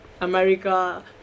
America